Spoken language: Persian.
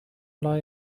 لای